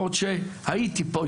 כל עוד שהייתי פה,